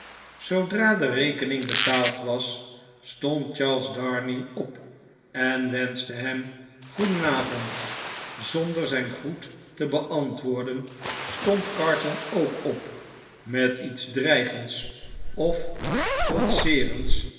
zoodra de rekening betaald was stond charles darnay op en wenschte hem goedenavond zonder zijn groet te beantwoorden stond carton ook op met iets dreigends of